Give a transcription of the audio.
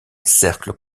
cercles